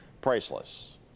Priceless